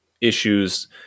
issues